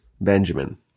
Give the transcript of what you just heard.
Benjamin